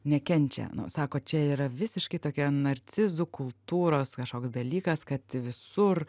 nekenčia nu sako čia yra visiškai tokia narcizų kultūros kažkoks dalykas kad visur